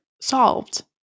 solved